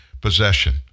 possession